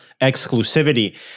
exclusivity